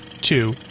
two